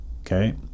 okay